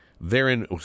therein